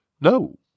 No